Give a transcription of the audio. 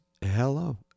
Hello